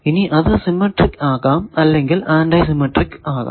ഇനി അത് സിമെട്രിക് ആകാം അല്ലെങ്കിൽ ആന്റി സിമെട്രിക് ആകാം